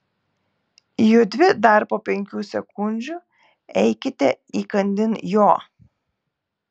judvi dar po penkių sekundžių eikite įkandin jo